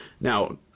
Now